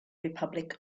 republic